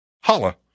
holla